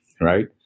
right